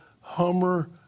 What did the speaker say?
Hummer